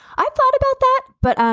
i thought about that, but